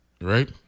right